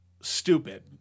stupid